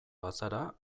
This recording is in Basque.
bazara